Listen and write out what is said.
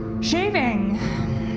shaving